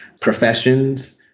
professions